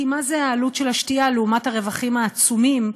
כי מה זה העלות של השתייה לעומת הרווחים העצומים,